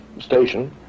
station